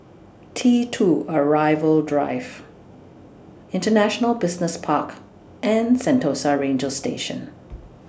T two Arrival Drive International Business Park and Sentosa Ranger Station